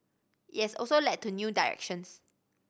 it has also led to new directions